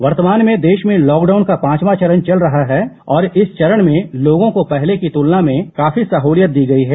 वर्तमान में देश भें लॉकडाउन का पांचवा चरण चल रहा है और इस चरण में लोगों को पहले की तुलना में काफी सहूलियत दी गई है